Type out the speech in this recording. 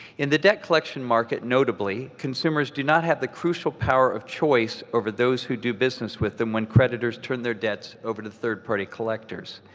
in the debt collection market, notably, consumers do not have the crucial power of choice over those who do business with them when creditors turn their debts over to third-party collectors.